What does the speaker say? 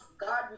God